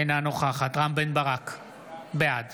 אינה נוכחת רם בן ברק, בעד